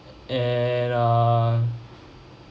and uh